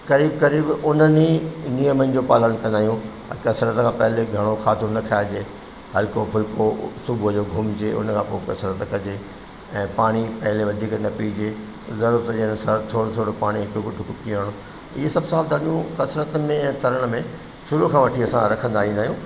क़रीबु क़रीबु उन में नियमन जो पालन कंदा आयूं ऐं कसरत खां पहिले घणो खाधो न खाइजे हल्को फुल्को सुबुह जो घुमिजे उन खां पो कसरत कजे ऐं पाणी पहिले वधीक न पिजे ज़रूरत जे अनुसार थोरो थोरो पाणी हिकु घूट पीअण ईअं सभु सावधानियूं कसरत में ऐं तरण में शुरूअ खां वठी असां रखंदा ईंदा आहियूं